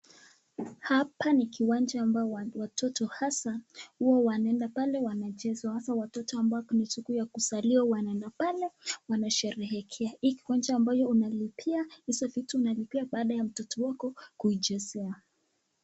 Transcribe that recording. Hapa ni kiwanja ambayo watoto hasa huwa wanaenda pale wanacheza hasa watoto ambao siku ya kuzaliwa wanaenda pale wanasherehekea. Hii kiwanja unalipia, hizo vitu unalipia baada ya mtoto wako kuichezea.